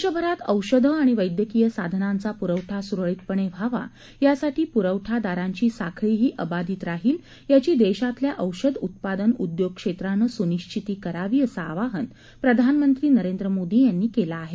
देशभरात औषधं आणि वैद्यकीय साधनांचा प्रवठा स्रळीतपणे व्हावा यासाठी प्रवठादारांची साखळीही अबाधित राहील याची देशातल्या औषध उत्पादन उद्योग क्षेत्रानं सुनिश्चिती करावी असं आवाहन प्रधानमंत्री नरेंद्र मोदी यांनी केलं आहे